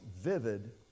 vivid